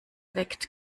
weckt